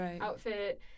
outfit